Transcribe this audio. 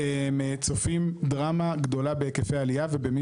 צופים דרמה גדולה בהיקפי העלייה ובמי